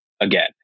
again